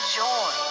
joy